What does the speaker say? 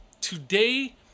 Today